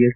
S